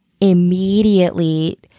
immediately